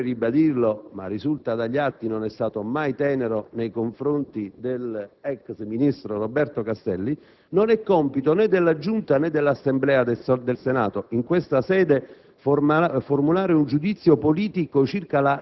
Ad avviso di questo relatore che, occorre ribadirlo, ma risulta dagli atti, non è stato mai tenero nei confronti dell'ex ministro Roberto Castelli, non è compito né della Giunta né dell'Assemblea del Senato